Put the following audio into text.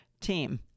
team